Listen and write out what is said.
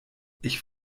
ich